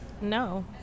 No